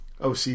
OC